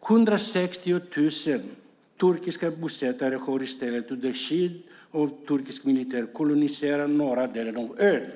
160 000 turkiska bosättare har i stället under skydd av turkisk militär koloniserat norra delen av ön.